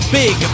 big